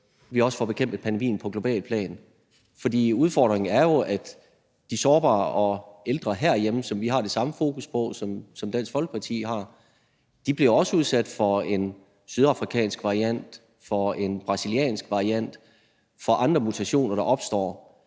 får bekæmpet pandemien på globalt plan. For udfordringen er jo, at de sårbare og ældre herhjemme, som vi har det samme fokus på, som Dansk Folkeparti har, også bliver udsat for en sydafrikansk variant, for en brasiliansk variant og for andre mutationer, der opstår.